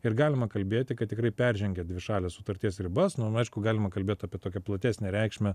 ir galima kalbėti kad tikrai peržengė dvišalės sutarties ribas nu aišku galima kalbėt apie tokią platesnę reikšmę